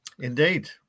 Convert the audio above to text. Indeed